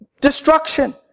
destruction